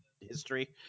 history